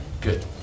Good